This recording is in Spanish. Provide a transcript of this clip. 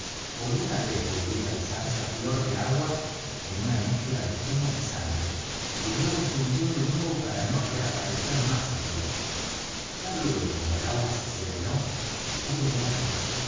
alzarse á flor de agua en una mezcla de espuma y sangre y luego se hundió de nuevo para no reaparecer más á flote tan luego como el agua se serenó pude verle